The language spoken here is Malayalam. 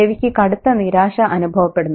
രവിയ്ക്ക് കടുത്ത നിരാശ അനുഭവപ്പെടുന്നു